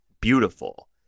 beautiful